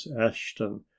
ashton